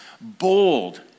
bold